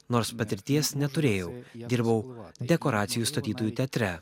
nors patirties neturėjau dirbau dekoracijų statytojų teatre